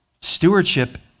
Stewardship